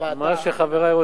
מה שחברי רוצים,